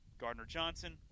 Gardner-Johnson